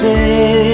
Say